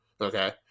okay